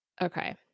Okay